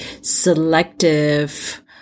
selective